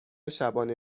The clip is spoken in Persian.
شبانه